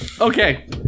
Okay